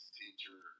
teacher